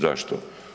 Zašto?